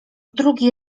drugi